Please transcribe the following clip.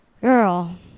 girl